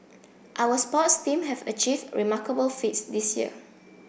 our sports team have achieved remarkable feats this year